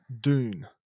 Dune